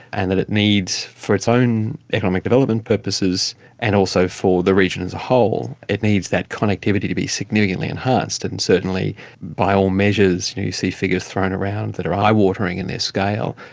and that it needs, for its own economic development purposes and also for the region as a whole, it needs that connectivity to be significantly enhanced and certainly by all measures you see figures thrown around that are eye-watering in their scale,